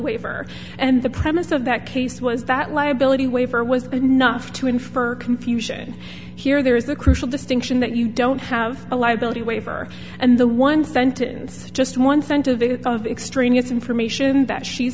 waiver and the premise of that case was that liability wafer was enough to infer confusion here there is the crucial distinction that you don't have a liability waiver and the one sentence just one cent of a lot of extraneous information that she's